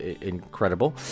incredible